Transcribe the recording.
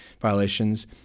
violations